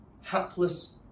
hapless